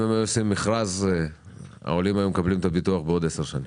אם היו עושים מכרז העולים היו מקבלים את הביטוח בעוד עשר שנים.